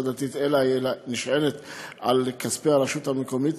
דתית אלא היא נשענת על כספי הרשות המקומית,